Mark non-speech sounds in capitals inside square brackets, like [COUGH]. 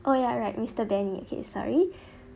oh ya right mister benny okay sorry [BREATH]